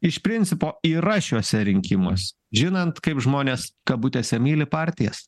iš principo yra šiuose rinkimuos žinant kaip žmonės kabutėse myli partijas